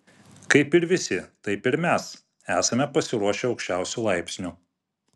kaip ir visi taip ir mes esame pasiruošę aukščiausiu laipsniu